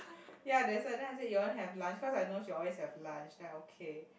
ya that's why then I say you want to have lunch cause I know she always have lunch then okay